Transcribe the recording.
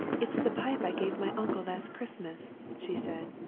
it's the pipe i gave my uncle last christmas! she said.